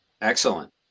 Excellent